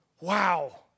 Wow